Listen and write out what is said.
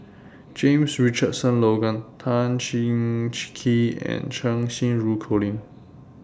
James Richardson Logan Tan Cheng Kee and Cheng Xinru Colin